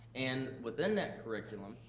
and within that curriculum